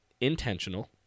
intentional